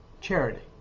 charity